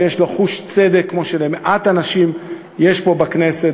שיש לו חוש צדק כמו שיש למעט אנשים פה בכנסת,